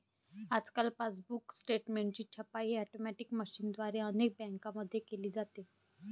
आजकाल पासबुक स्टेटमेंटची छपाई ऑटोमॅटिक मशीनद्वारे अनेक बँकांमध्ये केली जाते